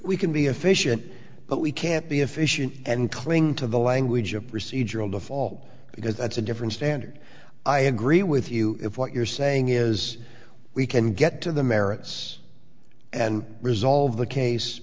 we can be efficient but we can't be efficient and cling to the language of procedural default because that's a different standard i agree with you if what you're saying is we can get to the merits and resolve the case